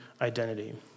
identity